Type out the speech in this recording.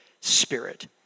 spirit